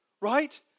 Right